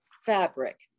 fabric